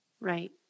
Right